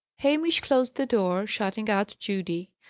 hamish closed the door, shutting out judy.